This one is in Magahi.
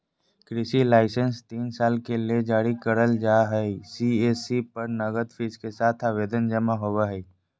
कृषि लाइसेंस तीन साल के ले जारी करल जा हई सी.एस.सी पर नगद फीस के साथ आवेदन जमा होवई हई